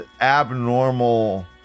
abnormal